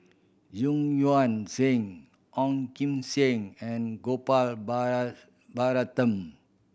Yuan Zhen Ong Kim Seng and Gopal Baratham